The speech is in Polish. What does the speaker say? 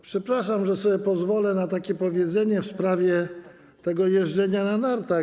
Przepraszam, że sobie pozwolę na takie powiedzenie w sprawie tego jeżdżenia na nartach.